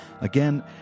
Again